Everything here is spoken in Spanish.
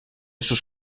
sus